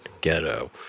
ghetto